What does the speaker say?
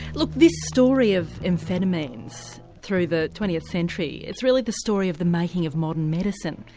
look this story of amphetamines through the twentieth century, it's really the story of the making of modern medicine,